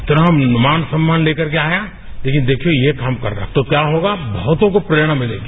इतना मान सम्मान ले करके आया लेकिन देखिए ये काम कर रहा है तो क्या होगा बहतों को प्रेरणा मिलेगी